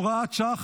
הוראת שעה,